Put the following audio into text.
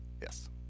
Yes